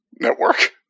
Network